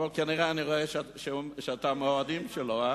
אבל אני רואה שאתה מהאוהדים שלו.